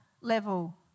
level